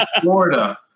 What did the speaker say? Florida